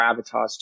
gravitas